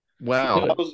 Wow